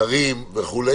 זרים וכו'.